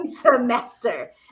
semester